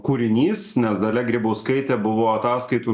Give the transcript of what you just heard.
kūrinys nes dalia grybauskaitė buvo ataskaitų